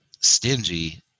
stingy